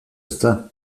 ezta